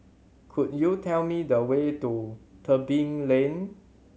could you tell me the way to Tebing Lane